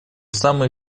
самый